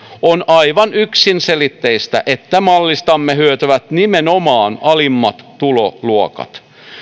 on aivan yksiselitteistä että mallistamme hyötyvät nimenomaan alimmat tuloluokat